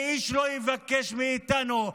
ואיש לא יבקש מאיתנו.